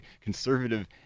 Conservative